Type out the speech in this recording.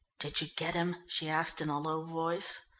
did you get him? she asked in a low voice.